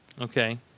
Okay